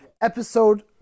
Episode